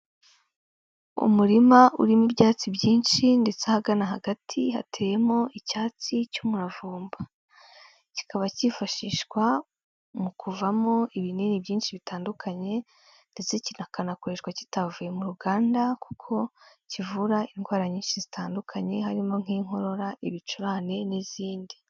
Umurima urimo ibyatsi byinshi ndetse ahagana hagati hateyemo icyatsi cy'umuravumba, kikaba cyifashishwa mu kuvamo ibinini byinshi bitandukanye, ndetse kikanakoreshwa kitavuye mu ruganda kuko kivura indwara nyinshi zitandukanye harimo nk'inkorora, ibicurane n'izindi.